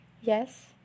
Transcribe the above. Yes